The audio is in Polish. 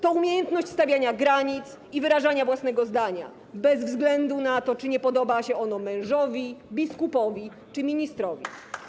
To umiejętność stawiania granic i wyrażania własnego zdania bez względu na to, czy nie podoba się ono mężowi, biskupowi czy ministrowi.